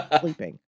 sleeping